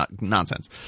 nonsense